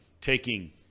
taking